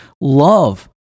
love